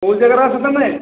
କେଉଁ ଜାଗାରେ ଅଛ ତୁମେ